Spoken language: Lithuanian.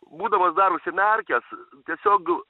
būdamas dar užsimerkęs tiesiog